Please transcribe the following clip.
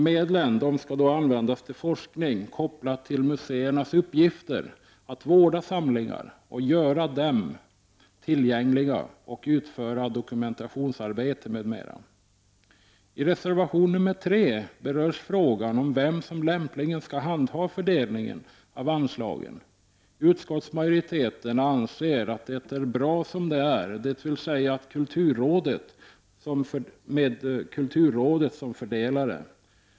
Medlen skall användas till forskning, kopplat till museernas uppgifter att vårda samlingar, göra dem tillgängliga, utföra dokumentationsarbete m.m. I reservation nr 3 berörs frågan om vem som lämpligen skall handha fördelningen av anslagen. Utskottsmajoriteten anser att det är bra som det är, dvs. med kulturrådet som fördelare.